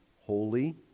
holy